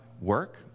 work